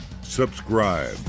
subscribe